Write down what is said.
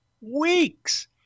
weeks